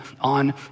on